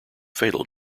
fatal